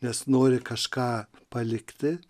nes nori kažką palikti